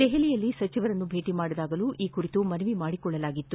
ದೆಹಲಿಯಲ್ಲಿ ಸಚಿವರನ್ನು ಭೇಟಿ ಮಾಡಿದಾಗಲೂ ಈ ಕುರಿತು ಮನವಿ ಮಾಡಿಕೊಳ್ಳಲಾಗಿತ್ತು